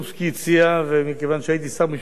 ומכיוון שהייתי שר משפטים והסכמתי לו,